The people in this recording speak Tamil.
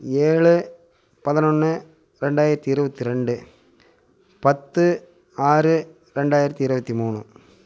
ஏழு பதினொன்று ரெண்டாயிரத்து இருபத்தி ரெண்டு பத்து ஆறு ரெண்டாயிரத்து இருபத்தி மூணு